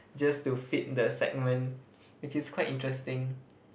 just to feed the segment which is quite interesting